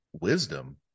wisdom